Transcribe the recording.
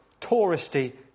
touristy